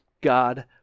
God